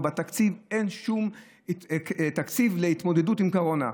שאין שום תקציב להתמודדות עם קורונה.